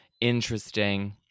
Interesting